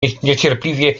niecierpliwie